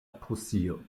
prusio